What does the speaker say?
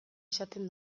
izaten